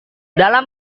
dalam